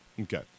Okay